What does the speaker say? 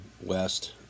west